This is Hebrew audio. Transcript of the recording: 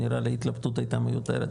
נראה לי ההתלבטות הייתה מיותרת,